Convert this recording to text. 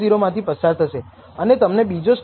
નોંધ કરો કે F એ ખરેખર એક ધન રાશી છે